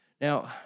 Now